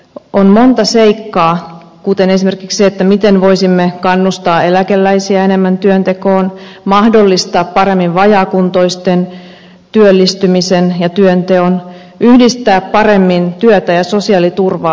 on monta seikkaa kuten esimerkiksi se miten voisimme kannustaa eläkeläisiä enemmän työntekoon mahdollistaa paremmin vajaakuntoisten työllistymisen ja työnteon yhdistää paremmin työtä ja sosiaaliturvaa